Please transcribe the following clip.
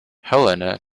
helena